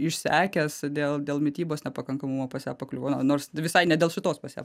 išsekęs dėl dėl mitybos nepakankamumo pas ją pakliuvo nors visai ne dėl tos pas ją